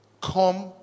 come